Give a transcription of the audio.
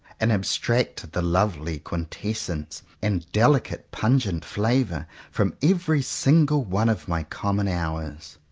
and abstract the lovely quintessence and delicate pungent flavour from every single one of my common hours.